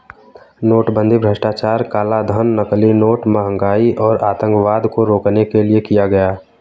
नोटबंदी भ्रष्टाचार, कालाधन, नकली नोट, महंगाई और आतंकवाद को रोकने के लिए किया गया